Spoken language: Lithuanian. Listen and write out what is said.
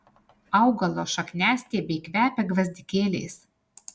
augalo šakniastiebiai kvepia gvazdikėliais